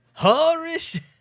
Horish